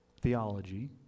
theology